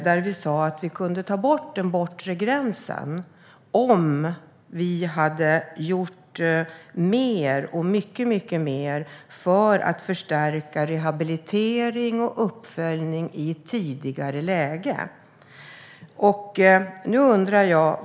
Där sa vi att vi hade kunnat ta bort den bortre gränsen om vi hade gjort mycket mer för att förstärka rehabilitering och uppföljning i ett tidigare läge.